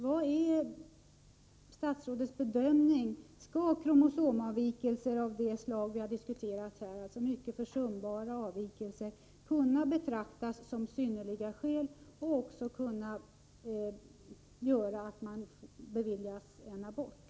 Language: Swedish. Hur är statsrådets bedömning? Skall kromosomavvikelser av det slag som vi har diskuterat här, alltså mycket försumbara avvikelser, kunna betraktas som synnerliga skäl och kunna göra att man beviljas abort?